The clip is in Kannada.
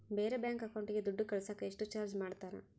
ಬೇರೆ ಬ್ಯಾಂಕ್ ಅಕೌಂಟಿಗೆ ದುಡ್ಡು ಕಳಸಾಕ ಎಷ್ಟು ಚಾರ್ಜ್ ಮಾಡತಾರ?